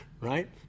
right